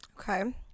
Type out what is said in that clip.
Okay